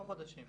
כמה חודשים.